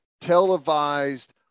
televised